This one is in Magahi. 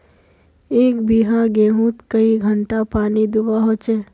एक बिगहा गेँहूत कई घंटा पानी दुबा होचए?